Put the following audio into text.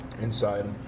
Inside